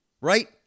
right